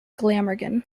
glamorgan